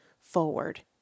forward